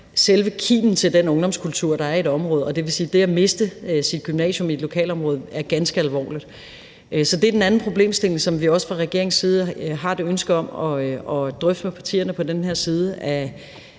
selve kimen til den ungdomskultur, der er i området, og det vil sige, at det at miste sit gymnasium i et lokalområde er ganske alvorligt. Så det er den anden problemstilling, som vi også fra regeringens side har et ønske om at drøfte med partierne på den her side af